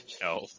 No